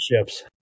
ships